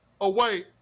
away